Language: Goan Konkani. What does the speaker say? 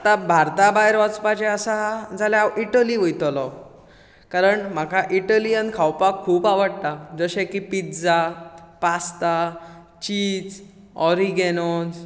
आतां भारता भायर वचपाचे आसा जाल्यार हांव इटली वयतलो कारण म्हाका इटलीयन खावपाक खूब आवडटा जशें की पिज्झा पास्ता चीज ऑरिगेनोज